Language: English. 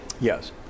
Yes